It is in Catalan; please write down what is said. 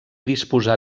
disposar